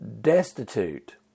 destitute